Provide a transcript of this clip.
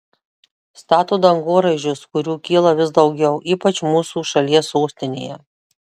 stato dangoraižius kurių kyla vis daugiau ypač mūsų šalies sostinėje